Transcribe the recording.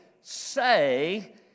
say